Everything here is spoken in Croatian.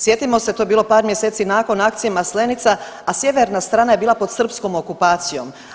Sjetimo se to je bilo par mjeseci nakon akcije Maslenica, a sjeverna strana je bila pod srpskom okupacijom.